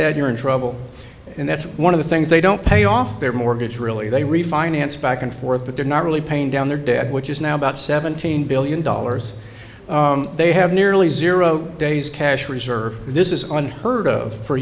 there you're in trouble and that's one of the things they don't pay off their mortgage really they refinance back and forth but they're not really paying down their debt which is now about seventeen billion dollars they have nearly zero days cash reserve this is unheard of for